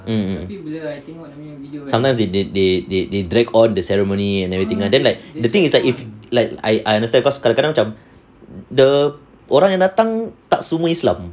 mm sometimes they they they they they drag all the ceremony and everything like then like the thing is like if like I I understand cause kadang-kadang macam the orang yang datang tak semua islam